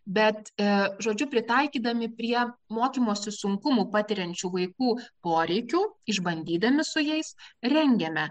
bet e žodžiu pritaikydami prie mokymosi sunkumų patiriančių vaikų poreikių išbandydami su jais rengiame